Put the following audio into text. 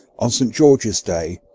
on st george's day,